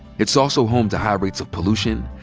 it's also home to high rates of pollution,